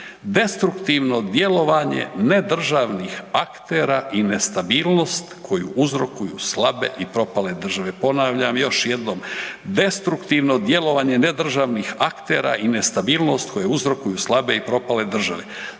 destruktivno djelovanje ne državnih aktera i nestabilnost koju uzrokuju slabe i propale i države.